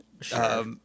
Sure